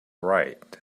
right